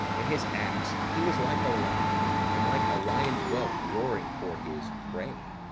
in his acts he was like a lion, and like a lion's whelp roaring for his prey.